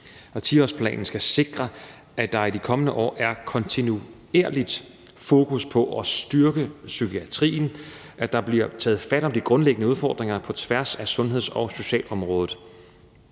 10-årsplanen skal sikre, at der i de kommende år er kontinuerligt fokus på at styrke psykiatrien; at der bliver taget fat om de grundlæggende udfordringer på tværs af sundheds- og socialområdet.